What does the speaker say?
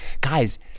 guys